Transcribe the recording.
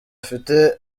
afite